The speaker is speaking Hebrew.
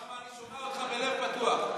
אוסאמה, אני שומע אותך בלב פתוח.